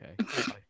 okay